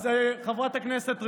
אז חברת הכנסת רגב,